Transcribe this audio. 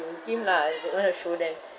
him lah just want to show them